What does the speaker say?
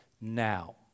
now